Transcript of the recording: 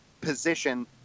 position